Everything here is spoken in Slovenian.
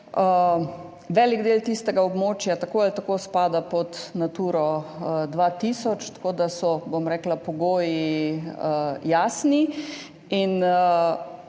Velik del tistega območja tako ali tako spada pod Naturo 2000, tako da so pogoji jasni.